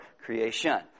creation